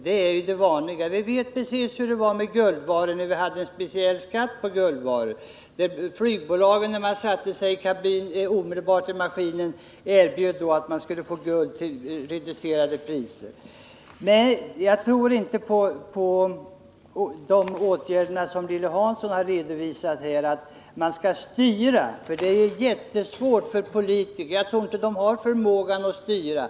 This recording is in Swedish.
Och vi vet precis hur det var med guldvaror när vi hade en speciell skatt på sådana. Flygbolagen erbjöd guld till reducerade priser så fort man satte sig i en maskin och skulle flyga någonstans. Jag tror inte på de åtgärder som Lilly Hansson har redovisat, dvs. på att man skall styra. Det är väldigt svårt för politiker att göra det på detta område, och jag tror egentligen inte att de har den förmågan.